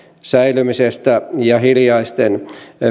säilymisestä ja hiljaisten